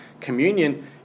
communion